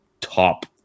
top